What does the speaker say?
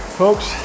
folks